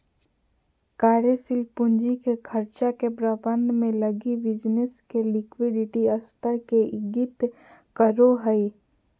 कार्यशील पूंजी के खर्चा के प्रबंधन लगी बिज़नेस के लिक्विडिटी स्तर के इंगित करो हइ